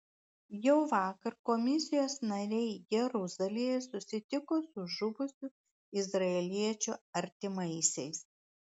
jau vakar komisijos nariai jeruzalėje susitiko su žuvusių izraeliečių artimaisiais